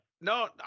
no